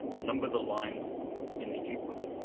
number the lines in the input.